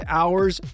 hours